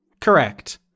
Correct